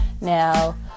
Now